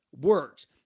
works